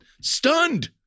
stunned